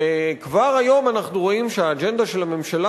וכבר היום אנחנו רואים שהאג'נדה של הממשלה